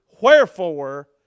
wherefore